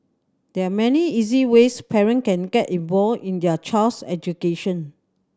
there are many easy ways parent can get involved in their child's education